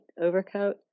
Overcoat